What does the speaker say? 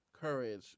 courage